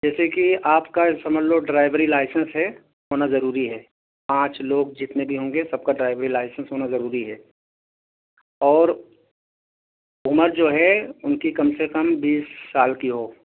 جیسے کہ آپ کا سمجھ لو ڈرائیوری لائسنس ہے ہونا ضروری ہے پانچ لوگ جتنے بھی ہوں گے سب کا ڈرائیوری لائسنس ہونا ضروری ہے اور عمر جو ہے ان کی کم سے کم بیس سال کی ہو